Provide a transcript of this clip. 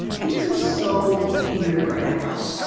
things are so weird right now.